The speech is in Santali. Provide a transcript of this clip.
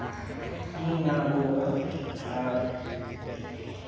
ᱤᱧ ᱧᱮᱞ ᱟᱹᱜᱩᱣᱟᱠᱟᱫᱟ ᱟᱨ